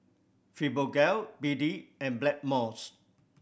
Fibogel B D and Blackmores